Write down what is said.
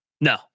No